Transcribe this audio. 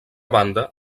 banda